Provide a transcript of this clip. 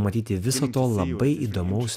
matyti viso to labai įdomaus